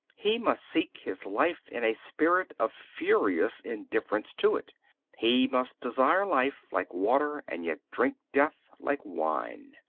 he must seek his life in a spirit of furious indifference to it he must desire life like water and yet drink death like wine.